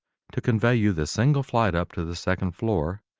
to convey you the single flight up to the second floor,